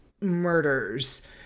murders